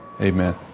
Amen